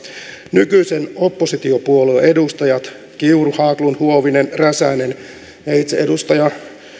nykyisten oppositiopuolueiden edustajat kiuru haglund huovinen räsänen ja itse edustaja